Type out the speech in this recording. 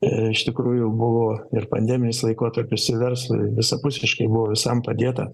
ir iš tikrųjų buvo ir pandeminis laikotarpis ir verslui visapusiškai buvo visam padėta